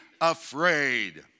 afraid